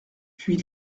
puis